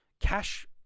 cash